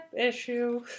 issue